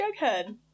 Jughead